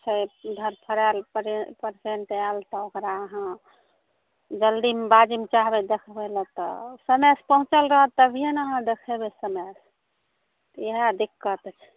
छै धड़फड़ाएल परे पेशेन्ट आएल तऽ ओकरा अहाँ जल्दीमेबाजीमे चाहबै देखबैलए तऽ समयसँ पहुँचल रहत तभिए ने अहाँ देखेबै समयपर इएह दिक्कत छै